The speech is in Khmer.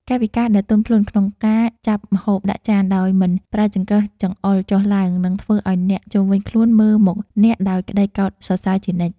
កាយវិការដែលទន់ភ្លន់ក្នុងការចាប់ម្ហូបដាក់ចានដោយមិនប្រើចង្កឹះចង្អុលចុះឡើងនឹងធ្វើឱ្យអ្នកជុំវិញខ្លួនមើលមកអ្នកដោយក្តីកោតសរសើរជានិច្ច។